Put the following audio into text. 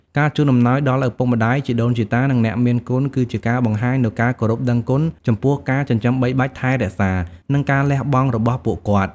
ការជូនអំណោយដល់ឪពុកម្តាយ ជីដូនជីតា និងអ្នកមានគុណគឺជាការបង្ហាញនូវការគោរពដឹងគុណចំពោះការចិញ្ចឹមបីបាច់ថែរក្សា និងការលះបង់របស់ពួកគាត់។